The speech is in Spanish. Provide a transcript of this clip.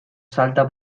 salta